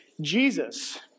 Jesus